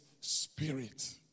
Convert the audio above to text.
spirit